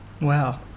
Wow